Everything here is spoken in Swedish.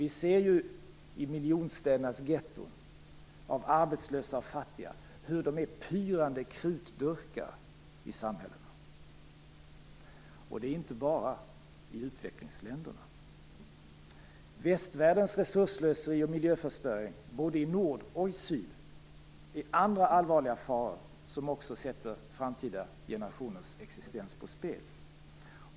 Vi ser ju hur miljonstädernas getton av arbetslösa och fattiga är pyrande krutdurkar i samhällena, och det gäller inte bara i utvecklingsländerna. Västvärldens resursslöseri och miljöförstöring, både i nord och i syd, är andra allvarliga faror som också sätter framtida generationers existens på spel.